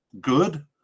good